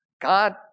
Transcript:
God